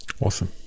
Awesome